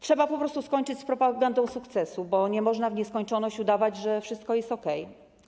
Trzeba skończyć z propagandą sukcesu, bo nie można w nieskończoność udawać, że wszystko jest okej.